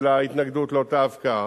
של ההתנגדות לאותה הפקעה,